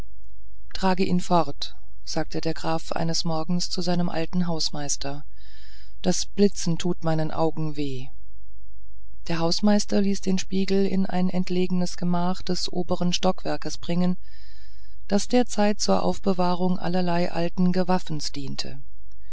trage ihn fort sagte der graf eines morgens zu seinem alten hausmeister das blitzen tut meinen augen weh der hausmeister ließ den spiegel in ein entlegenes gemach des oberen stockwerkes bringen was derzeit zur aufbewahrung allerlei alten gewaffens diente